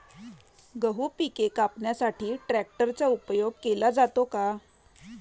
गहू पिके कापण्यासाठी ट्रॅक्टरचा उपयोग केला जातो का?